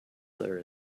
there